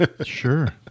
Sure